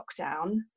lockdown